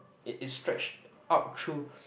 it it stretch out through